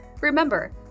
Remember